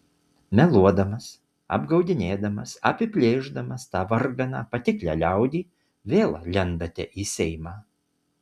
meluodamas apgaudinėdamas apiplėšdamas tą varganą patiklią liaudį vėl lendate į seimą